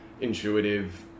intuitive